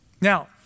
Now